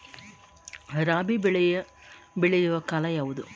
ರಾಬಿ ಬೆಳೆ ಬೆಳೆಯುವ ಕಾಲ ಯಾವುದು?